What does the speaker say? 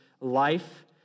life